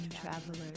travelers